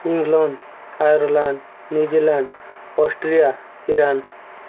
England Thailand New Zealand Austria Iran